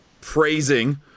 praising